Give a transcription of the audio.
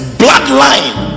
bloodline